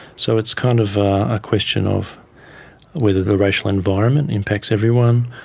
so it's kind of a question of whether the racial environment impacts everyone,